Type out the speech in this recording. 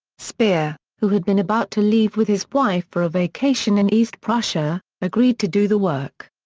speer, who had been about to leave with his wife for a vacation in east prussia, agreed to do the work.